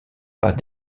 pas